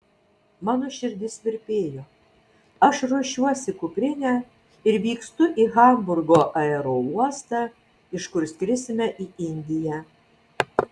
mano širdis virpėjo aš ruošiuosi kuprinę ir vykstu į hamburgo aerouostą iš kur skrisime į indiją